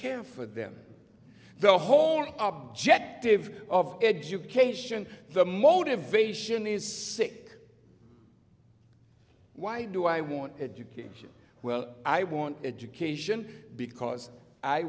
care for them the whole objective of education the motivation is sick why do i want education well i want education because i